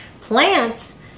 Plants